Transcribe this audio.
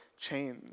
change